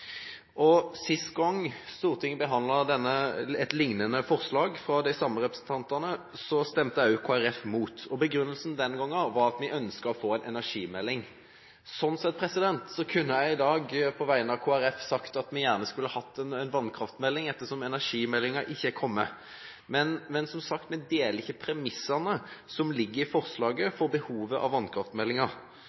Sist gang Stortinget behandlet et lignende forslag fra de samme representantene, stemte også Kristelig Folkeparti mot. Begrunnelsen den gangen var at vi ønsket å få en energimelding. Sånn sett kunne jeg i dag på vegne av Kristelig Folkeparti sagt at vi gjerne skulle hatt en vannkraftmelding, ettersom energimeldingen ikke er kommet. Men som sagt, vi deler ikke premissene som ligger i forslaget om behovet for en vannkraftmelding. Representanten Meling viser i sitt innlegg også til behovet